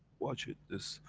watch it, this.